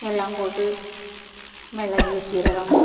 எல்லாம் போட்டு மிளகு சீரகம்